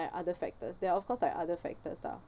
other factors there are of course like other factors lah